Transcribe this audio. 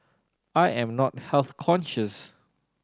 I am not health conscious